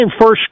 first